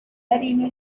harina